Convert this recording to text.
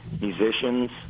Musicians